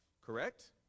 Correct